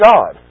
God